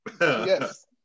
Yes